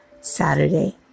Saturday